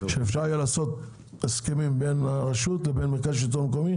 שאפשר יהיה לעשות הסכמים בין הרשות לבין השלטון המקומי